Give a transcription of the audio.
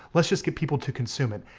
let's just get people to consume it.